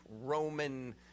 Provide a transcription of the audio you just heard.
roman